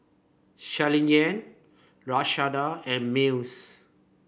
Shirleyann Lashunda and Mills